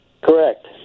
Correct